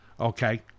Okay